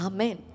Amen